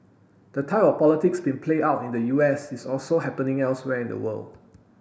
the type of politics being played out in the U S is also happening elsewhere in the world